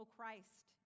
Christ